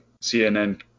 CNN